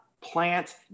plant